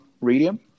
radium